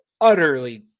utterly